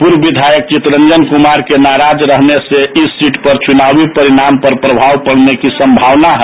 पूर्व विधायक चितरंजन कुमार के नाराज रहने से इस सीट पर चुनावी परिणाम पर प्रमाव पडने की संभावना है